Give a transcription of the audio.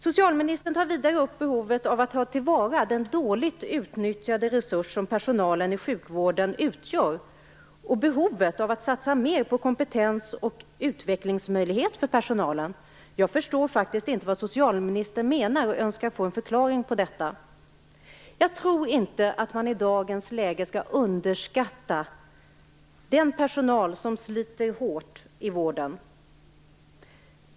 Socialministern tar vidare upp behovet av att ta till vara den dåligt utnyttjade resurs som personalen i sjukvården utgör och behovet av att satsa mer på kompetens och utvecklingsmöjlighet för personalen. Jag förstår faktiskt inte vad socialministern menar och önskar få en förklaring till detta. Jag tycker inte att man i dagens läge skall underskatta den personal som sliter hårt i vården.